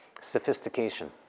sophistication